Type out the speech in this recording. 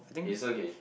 it's okay